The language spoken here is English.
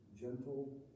gentle